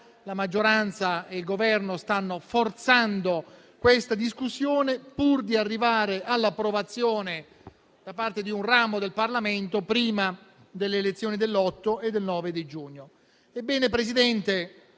la maggioranza e il Governo stanno forzando questa discussione, pur di arrivare all'approvazione, da parte di un ramo del Parlamento, prima delle elezioni dell'8 e del 9 giugno.